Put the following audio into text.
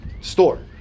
store